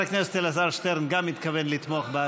כמובן.